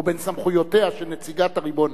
או בין סמכויותיה של נציגת הריבון,